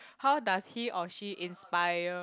how does he or she inspire